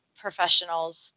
professionals